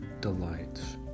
delights